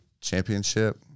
championship